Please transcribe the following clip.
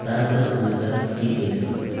ताजा समाचार के के छ